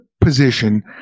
position